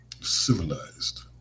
civilized